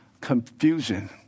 confusion